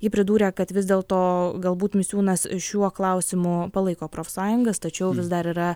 ji pridūrė kad vis dėl to galbūt misiūnas šiuo klausimu palaiko profsąjungas tačiau vis dar yra